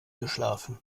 geschlafen